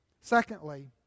Secondly